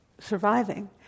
surviving